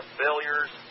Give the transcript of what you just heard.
failures